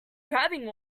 grabbing